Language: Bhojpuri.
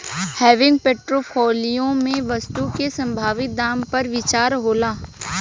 हेविंग पोर्टफोलियो में वस्तु के संभावित दाम पर विचार होला